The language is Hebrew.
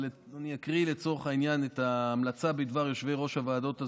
אבל אני אקריא לצורך העניין את ההמלצה בדבר יושבי-ראש הוועדות הזמניות.